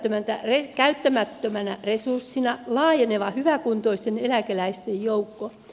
meillä on käyttämättömänä resurssina laajeneva hyväkuntoisten eläkeläisten joukko